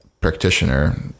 practitioner